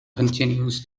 continues